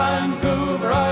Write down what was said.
Vancouver